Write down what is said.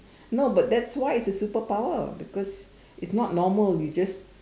no but that's why it's a superpower because it's not normal you just